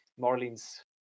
Marlene's